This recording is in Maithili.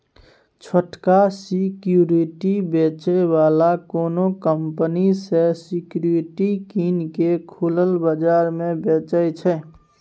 छोटका सिक्युरिटी बेचै बला कोनो कंपनी सँ सिक्युरिटी कीन केँ खुलल बजार मे बेचय छै